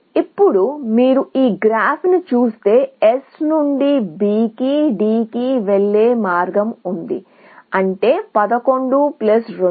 ఇప్పుడు మీరు ఈ గ్రాఫ్ను చూస్తే S నుండి B కి D కి వెళ్ళే మార్గం ఉంది అంటే 11 2 13